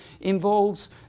involves